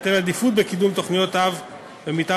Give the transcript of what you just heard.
תינתן עדיפות בקידום תוכניות אב ותוכניות